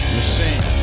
Machine